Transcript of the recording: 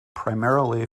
primarily